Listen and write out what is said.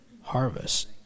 harvest